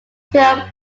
film